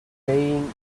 playing